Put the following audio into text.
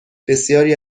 بسیاری